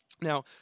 Now